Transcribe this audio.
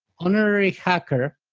honorary hacker,